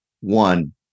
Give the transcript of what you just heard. one